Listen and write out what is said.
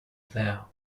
there